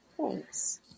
Thanks